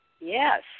Yes